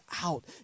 out